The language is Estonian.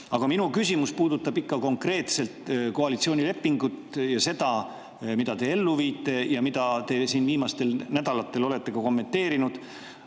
minu küsimus puudutab ikka konkreetselt koalitsioonilepingut ja seda, mida te ellu viite ja mida te siin viimastel nädalatel olete kommenteerinud.